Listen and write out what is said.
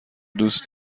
دوست